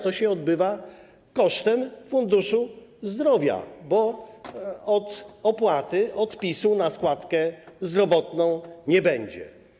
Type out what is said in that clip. To się odbywa kosztem funduszu zdrowia, bo od opłaty odpisu na składkę zdrowotną nie będzie.